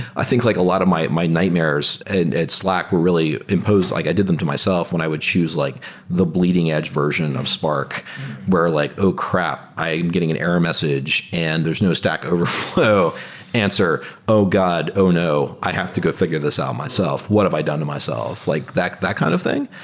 i think like a lot of my my nightmares and at slack were really imposed, like i did them to myself when i would choose like the bleeding edge version of spark where like, oh crap! i'm getting an error message, and there's no stack overflow answer. oh god! oh no! i have to go figure this out myself. what have i done to myself? that that kind of thing.